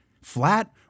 flat